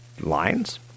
lines